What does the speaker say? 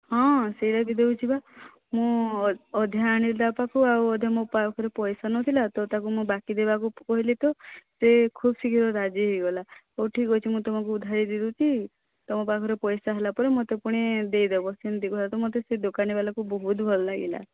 ହଁ ସେହିଟା ବି ଦେଉଛି ପା ମୁଁ ଅଧା ଆଣିଲି ତା ପାଖୁ ଆଉ ଅଧା ମୋ ପାଖରେ ପଇସା ନଥିଲା ତ ତାକୁ ମୁଁ ବାକି ଦେବାକୁ କହିଲି ତ ସେ ଖୁବ ଶୀଘ୍ର ରାଜି ହୋଇଗଲା ହେଉ ଠିକ ଅଛି ମୁଁ ତୁମକୁ ଉଧାରୀ ଦେଇ ଦେଉଛି ତୁମ ପାଖରେ ପଇସା ହେଲା ପରେ ମୋତେ ପୁଣି ଦେଇ ଦେବ ସେମିତି କହିଲା ତ ମୋତେ ସେ ଦୋକାନୀ ବାଲାକୁ ବହୁତ ଭଲ ଲାଗିଲା